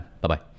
Bye-bye